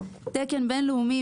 תקן בינלאומי,